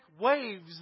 waves